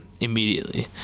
immediately